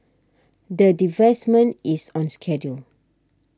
the divestment is on schedule